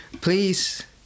please